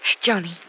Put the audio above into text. Johnny